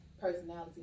personality